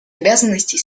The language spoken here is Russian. обязанностей